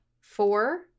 four